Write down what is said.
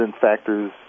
factors